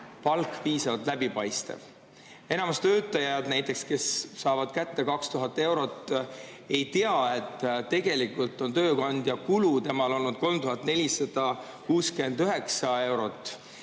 palk piisavalt läbipaistev? Enamik töötajaid, näiteks, kes saavad kätte 2000 eurot, ei tea, et tegelikult on tööandja kulu temale olnud 3469 eurot.